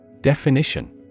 Definition